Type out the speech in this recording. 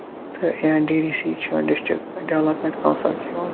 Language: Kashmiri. تہٕ یا ڈی ڈی سی یکۍ چھِ یِوان ڈِسٹرک ڈیٚولپمیٚنٹ کونسل چھُ یِوان